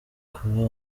kuba